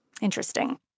Interesting